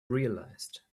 realized